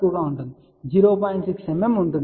6 mm ఉంటుంది